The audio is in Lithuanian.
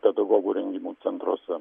pedagogų rengimo centruose